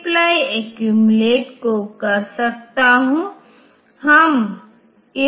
यहां हार्डवेयर एक ही एड्रेस पर जाएंगे सभी 2 पॉवर 24 निर्धारित सिस्टम कॉल के लिए